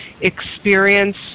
experience